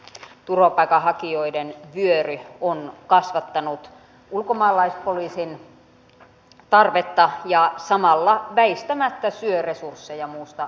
turvapaikanhakijoiden vyöry on kasvattanut ulkomaalaispoliisin tarvetta ja samalla väistämättä syö resursseja muusta poliisitoiminnasta